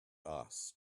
asked